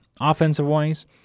offensive-wise